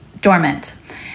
dormant